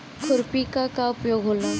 खुरपी का का उपयोग होला?